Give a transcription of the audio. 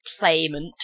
Playment